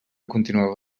continuava